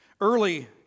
early